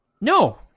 No